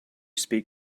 speak